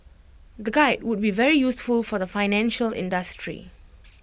the guide would be very useful for the financial industry